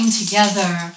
together